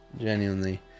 Genuinely